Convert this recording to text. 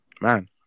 man